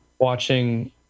watching